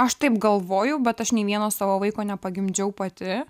aš taip galvojau bet aš nei vieno savo vaiko nepagimdžiau pati